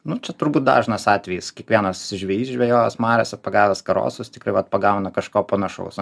nu čia turbūt dažnas atvejis kiekvienas žvejys žvejoja mariose pagavęs karosus tikrai vat pagauna kažko panašaus